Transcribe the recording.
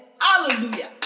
Hallelujah